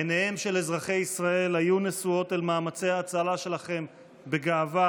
עיניהם של אזרחי ישראל היו נשואות אל מאמצי ההצלה שלכם בגאווה,